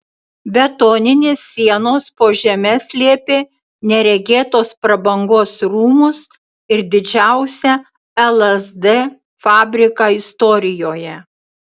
betoninės sienos po žeme slėpė neregėtos prabangos rūmus ir didžiausią lsd fabriką istorijoje